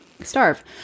starve